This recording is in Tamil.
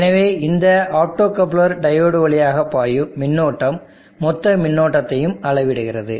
எனவே இந்த ஆப்டோகப்ளர் டையோடு வழியாக பாயும் மின்னோட்டம் மொத்த மின்னோட்டத்தையும் அளவிடுகிறது